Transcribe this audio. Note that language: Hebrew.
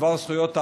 בדבר זכויות האדם.